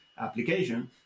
application